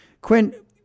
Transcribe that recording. Quinn